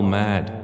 mad